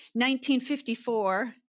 1954